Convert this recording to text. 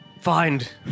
find